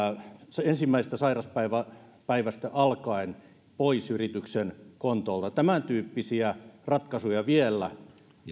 se ensimmäisestä sairauspäivästä alkaen pois yrityksen kontolta tämäntyyppisiä ratkaisuja vielä